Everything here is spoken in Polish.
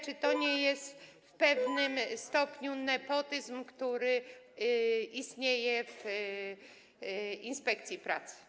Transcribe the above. Czy to nie jest w pewnym stopniu nepotyzm, który istnieje w inspekcji pracy?